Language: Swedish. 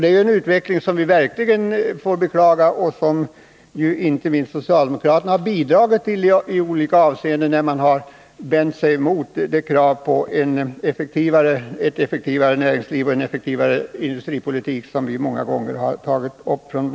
Det är en utveckling som vi verkligen får beklaga och som inte minst socialdemokraterna har bidragit till när man har vänt sig emot de krav på ett effektivare näringsliv och en effektivare industripolitik som vi från vårt håll många gånger rest.